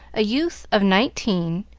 a youth of nineteen,